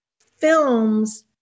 films